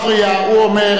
הוא אומר את דבריו.